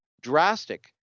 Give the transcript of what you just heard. drastic